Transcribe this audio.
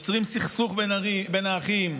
יוצרים סכסוך בין אחים,